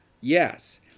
yes